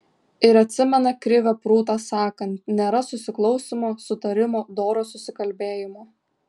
ir atsimena krivę prūtą sakant nėra susiklausymo sutarimo doro susikalbėjimo